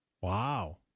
Wow